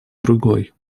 другой